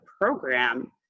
program